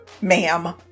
ma'am